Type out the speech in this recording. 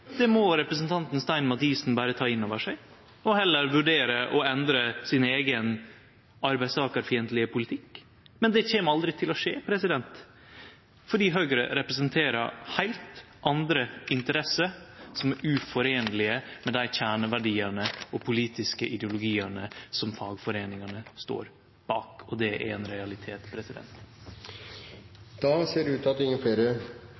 må representanten Bente Stein Mathisen berre ta inn over seg og heller vurdere å endre sin eigen arbeidstakarfiendtlege politikk. Men det kjem aldri til å skje, for Høgre representerer heilt andre interesser, som er uforliklege med dei kjerneverdiane og politiske ideologiane som fagforeiningane står bak – og det er ein realitet.